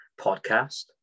podcast